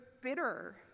bitter